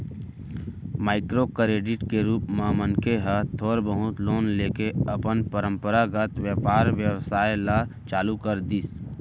micro credit के रुप म मनखे ह थोर बहुत लोन लेके अपन पंरपरागत बेपार बेवसाय ल चालू कर दिस